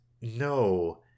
no